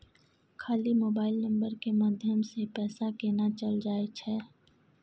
खाली mobile number के माध्यम से पैसा केना चल जायछै?